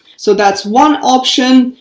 so that's one option,